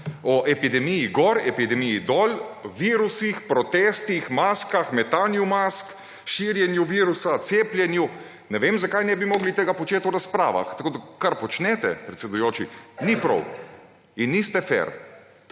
o epidemiji gor, epidemiji dol, virusih, protestih, maskah, metanju mask, širjenju virusa, cepljenju, ne vem, zakaj ne bi mogli tega početi v razpravah. Tako da, kar počnete, predsedujoči, ni prav in niste fer.